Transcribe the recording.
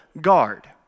guard